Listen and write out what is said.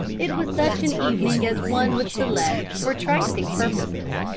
it was such an evening as one would select for trysting purposes.